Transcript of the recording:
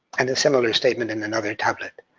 and a similar statement in another tablet.